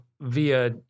via